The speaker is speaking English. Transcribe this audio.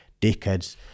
dickheads